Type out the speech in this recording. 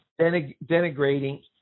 denigrating